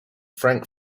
frank